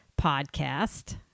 podcast